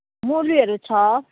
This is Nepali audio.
मुलीहरू छ